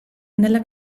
nella